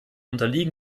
unterliegen